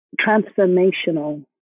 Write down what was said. transformational